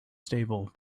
stable